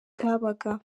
bwabaga